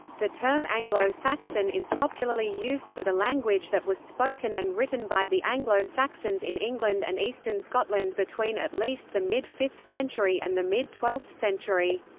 the term anglo-saxon is popularly used for the language that was spoken and written by the anglo-saxons in england and eastern scotland between at least the mid fifth century and the mid twelfth century.